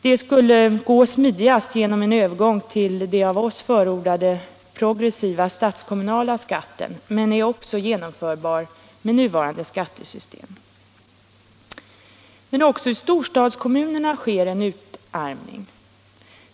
Detta skulle gå smidigast genom en övergång till den av oss förordade statskommunala progressiva skatten, men den är också genomförbar med nuvarande skattesystem. Men också i storstadskommunerna sker en utarmning.